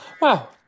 Wow